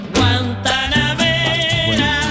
Guantanamera